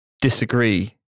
disagree